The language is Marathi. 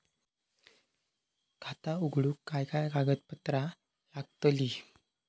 खाता उघडूक काय काय कागदपत्रा लागतली?